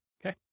Okay